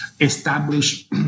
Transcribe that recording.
establish